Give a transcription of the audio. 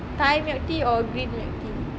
thai milk tea or green milk tea